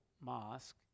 mosque